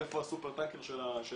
איפה הסופר טאנקר של הדיור?